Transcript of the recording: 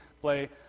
play